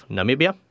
Namibia